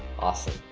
awesome.